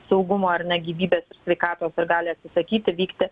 saugumo ar ne gyvybės sveikatos ir gali atsisakyti vykti